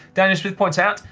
daniel smith points out,